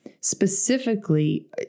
specifically